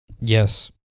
Yes